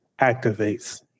activates